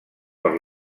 per